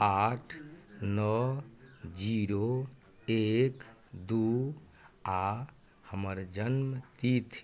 आठ नओ जीरो एक दू आ हमर जन्म तिथि